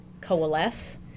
coalesce